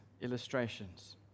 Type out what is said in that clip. illustrations